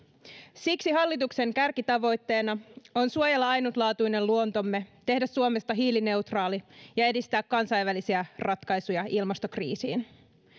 siksi hallituksen kärkitavoitteena on suojella ainutlaatuinen luontomme tehdä suomesta hiilineutraali ja edistää kansainvälisiä ratkaisuja ilmastokriisiin